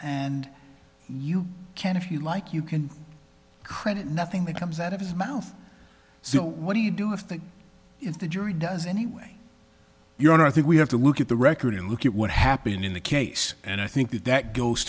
and you can if you like you can credit nothing that comes out of his mouth so what do you do if the if the jury does anyway your honor i think we have to look at the record and look at what happened in the case and i think that that goes